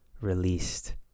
released